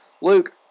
Luke